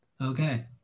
okay